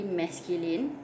masculine